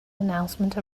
announcement